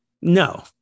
No